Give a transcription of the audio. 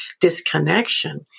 disconnection